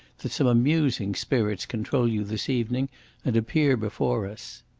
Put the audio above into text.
that some amusing spirits control you this evening and appear before us.